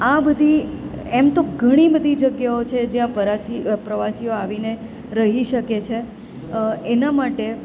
આ બધી એમ તો ઘણી બધી જગ્યાઓ છે જ્યાં પરાસી પ્રવાસીઓ આવીને રહી શકે છે એના માટે